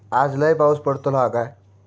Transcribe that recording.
आज लय पाऊस पडतलो हा काय?